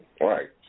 Right